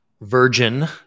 virgin